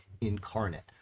incarnate